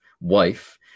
wife